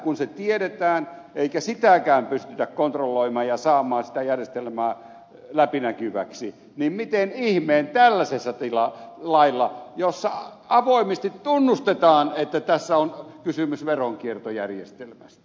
kun se tiedetään eikä sitäkään pystytä kontrolloimaan ja saamaan sitä järjestelmää läpinäkyväksi niin miten ihmeessä tällaisella lailla jossa avoimesti tunnustetaan että tässä on kysymys veronkiertojärjestelmästä